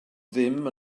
ddim